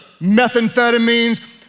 methamphetamines